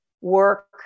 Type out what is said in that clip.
work